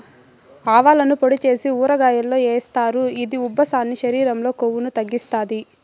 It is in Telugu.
ఆవాలను పొడి చేసి ఊరగాయల్లో ఏస్తారు, ఇది ఉబ్బసాన్ని, శరీరం లో కొవ్వును తగ్గిత్తాది